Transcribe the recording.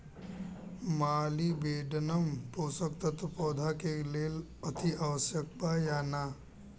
Molybdenum पोषक तत्व पौधा के लेल अतिआवश्यक बा या न?